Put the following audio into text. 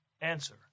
Answer